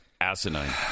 Asinine